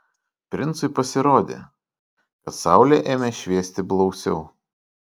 princui pasirodė kad saulė ėmė šviesti blausiau